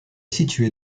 située